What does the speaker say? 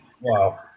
Wow